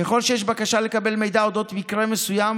ככל שיש בקשה לקבל מידע על אודות מקרה מסוים